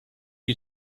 you